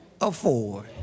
afford